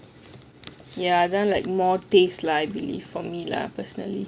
ya then like more taste lah I believe for me lah personally